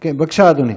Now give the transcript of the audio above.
בבקשה, אדוני.